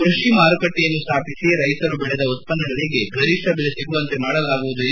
ಕೃಷಿ ಮಾರುಕಟ್ಟೆಯನ್ನು ಸ್ವಾಪಿಸಿ ರೈತರು ಬೆಳೆದ ಉತ್ಪನ್ನಗಳಗೆ ಗರಿಷ್ಠ ಬೆಲೆ ಸಿಗುವಂತೆ ಮಾಡಲಾಗುವುದು ಎಂದು ಹೇಳಿದರು